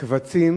קבצים